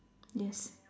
yes